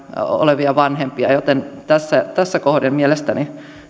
olevia vanhempia joten tässä tässä kohden mielestäni